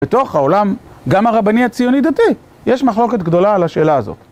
בתוך העולם, גם הרבני הציוני דתי, יש מחלוקת גדולה על השאלה הזאת.